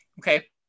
Okay